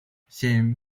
семь